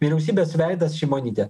vyriausybės veidas šimonytė